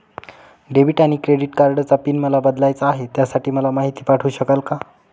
Debit आणि credit कार्डचा PIN मला बदलायचा आहे, त्यासाठी मला माहिती पाठवू शकाल का?